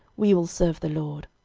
we will serve the lord.